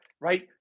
right